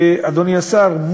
אדוני השר,